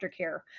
aftercare